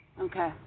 Okay